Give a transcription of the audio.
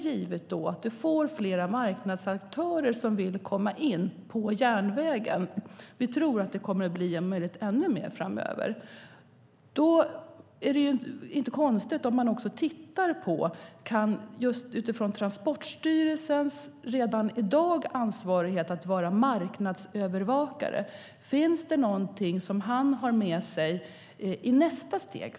Givet att vi får fler marknadsaktörer som vill komma in på järnvägen - vi tror att det kommer att bli om möjligt ännu mer framöver - är det inte konstigt om man också, utifrån att Transportstyrelsen redan i dag har ansvar att vara marknadsövervakare, tittar på om det finns någonting han har med sig i nästa steg.